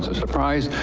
so surprise,